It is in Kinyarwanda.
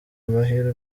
amahirwe